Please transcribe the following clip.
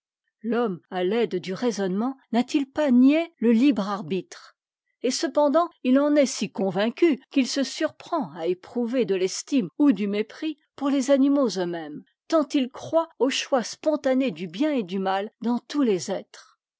l'homme à l'aide du raisonnement na t i pas nié le libre arbitre et cependant il en est si convaincu qu'il se surprend à éprouver de l'estime ou du mépris pour les animaux eux-mêmes tant il croit au choix spontané du bien et du mal dans tous les êtres